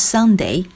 Sunday